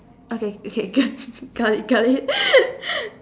okay you can got it got it